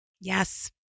Yes